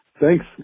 Thanks